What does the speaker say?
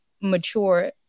mature